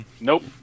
nope